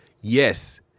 yes